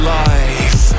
life